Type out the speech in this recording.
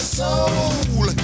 soul